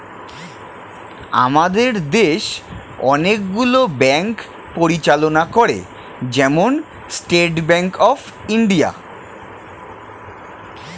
আমাদের দেশ অনেক গুলো ব্যাঙ্ক পরিচালনা করে, যেমন স্টেট ব্যাঙ্ক অফ ইন্ডিয়া